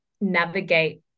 navigate